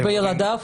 וילדיו?